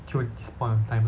till this point of time lah